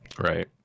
Right